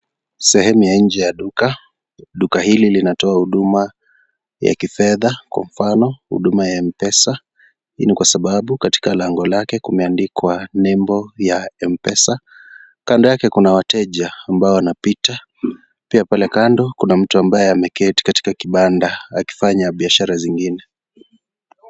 Sehemu ya nje la duka. Duka hili linatoa huduma ya kifedha kwa mfano, huduma ya Mpesa. Hii ni kwa sababu, katika lango lake kumeandikwa nembo ya Mpesa. Kando yake kuna wateja ambao wanapita. Pia pale kando kuna mtu ambaye ameketi katika kibanda akifanya biashara zingine.